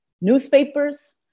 newspapers